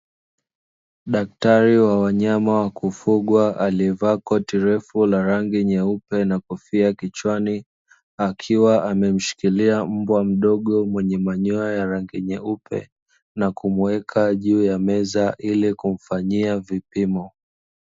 Daktari wa wanyama wa kufugwa aliyevaa koti refu la rangi nyeupe na kofia kichwani, akiwa amemshikilia mbwa mdogo mwenye manyoya ya rangi nyeupe, na kumuweka juu ya meza ili kumfanyia vipimo.